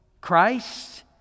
Christ